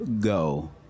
go